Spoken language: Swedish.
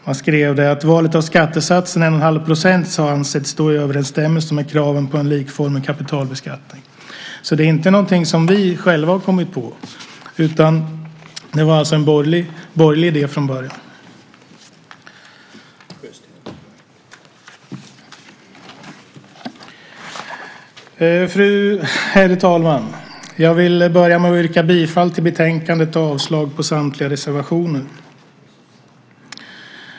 Man skrev: Valet av skattesatsen på 1 1⁄2 % står i överensstämmelse med kraven på en likformig kapitalbeskattning. Så det är inte någonting som vi har kommit på, utan det var alltså en borgerlig idé från början. Herr talman! Jag vill börja med att yrka bifall till förslaget i betänkandet och avslag på samtliga reservationer.